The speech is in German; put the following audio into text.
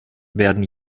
werden